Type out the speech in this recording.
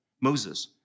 Moses